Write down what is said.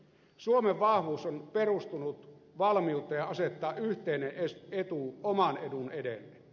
suomen vahvuus on perustunut valmiuteen asettaa yhteinen etu oman edun edelle